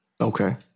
Okay